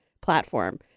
platform